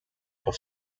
auf